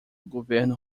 governo